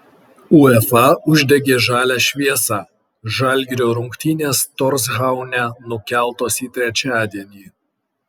uefa uždegė žalią šviesą žalgirio rungtynės torshaune nukeltos į trečiadienį